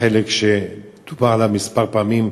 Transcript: בחלק שדובר עליו כמה פעמים,